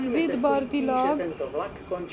with بھارتی log